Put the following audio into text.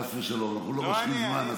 חס ושלום, אנחנו לא מושכים זמן.